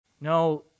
No